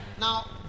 Now